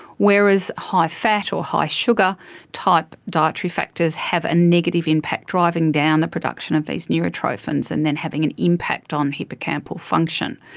whereas high fat or high sugar type dietary factors have a negative impact, driving down the production of these neurotrophins and then having an impact on hippocampal function.